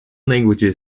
languages